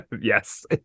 yes